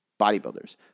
Bodybuilders